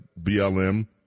BLM